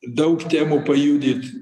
daug temų pajudėti